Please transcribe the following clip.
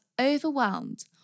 overwhelmed